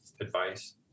advice